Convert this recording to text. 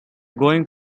going